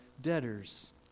debtors